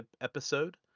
episode